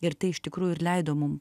ir tai iš tikrųjų ir leido mum